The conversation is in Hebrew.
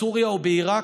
בסוריה או בעיראק,